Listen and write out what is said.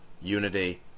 unity